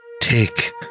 take